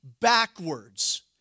backwards